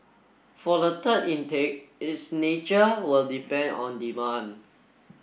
for the third intake its nature will depend on demand